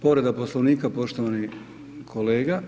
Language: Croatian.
Povreda Poslovnika poštovani kolega.